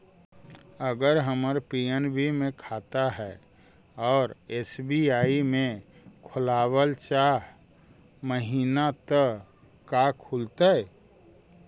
अगर हमर पी.एन.बी मे खाता है और एस.बी.आई में खोलाबल चाह महिना त का खुलतै?